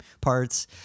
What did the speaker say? parts